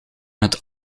het